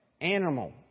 animal